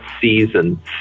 season